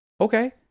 Okay